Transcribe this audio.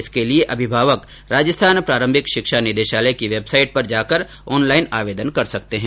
इसके लिये अभिभावक राजस्थान प्रारम्भिक शिक्षा निदेशालय की वेबसाईट पर जाकर ऑनलाईन आवेदन कर सकते है